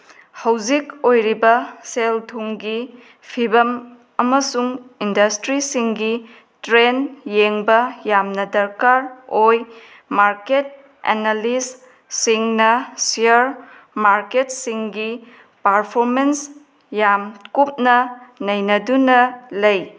ꯍꯧꯖꯤꯛ ꯑꯣꯏꯔꯤꯕ ꯁꯦꯜ ꯊꯨꯝꯒꯤ ꯐꯤꯚꯝ ꯑꯃꯁꯨꯡ ꯏꯟꯗꯁꯇ꯭ꯔꯤꯁꯤꯡꯒꯤ ꯇ꯭ꯔꯦꯟ ꯌꯦꯡꯕ ꯌꯥꯝꯅ ꯗꯔꯀꯥꯔ ꯑꯣꯏ ꯃꯥꯔꯀꯦꯠ ꯑꯦꯅꯥꯂꯤꯁ ꯁꯤꯡꯅ ꯁꯤꯌꯥꯔ ꯃꯥꯔꯀꯦꯠꯁꯤꯡꯒꯤ ꯄꯥꯔꯐꯣꯃꯦꯟꯁ ꯌꯥꯝ ꯀꯨꯞꯅ ꯅꯩꯅꯗꯨꯅ ꯂꯩ